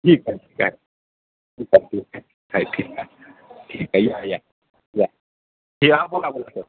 ठीक आहे ठीक आहे ठीक आहे ठीक आहे ठीक आहे ठीक आहे या या या या बोला बोला सर